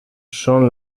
són